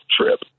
trip